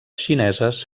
xineses